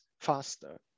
faster